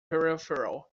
peripheral